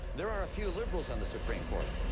there are a few liberals on the supreme court.